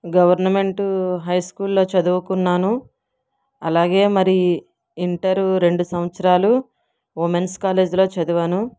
government హైస్కూల్లో చదువుకున్నాను అలాగే మరి ఇంటర్ రెండు సంవత్సరాలు ఉమెన్స్ కాలేజ్లో చదివాను